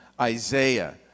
Isaiah